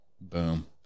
boom